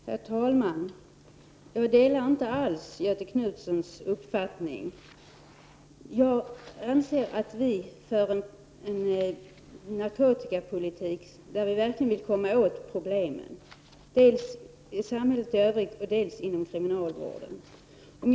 Herr talman! Jag delar inte alls Göthe Knutsons uppfattning. Vi för enligt min mening en narkotikapolitik som går ut på att verkligen komma åt narkotikaproblemen inom kriminalvården och i samhället.